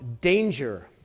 danger